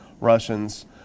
Russians